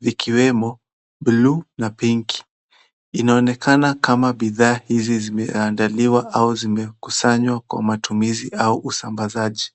vikiwemo buluu na pink . Inaonekana kama bidhaa hizi zimeandaliwa au zimekusanywa kwa matumizi au usambazaji.